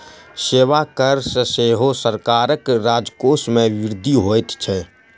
सेवा कर सॅ सेहो सरकारक राजकोष मे वृद्धि होइत छै